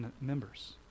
members